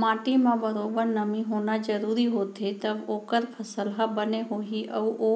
माटी म बरोबर नमी होना जरूरी होथे तव ओकर फसल ह बने होही अउ ओ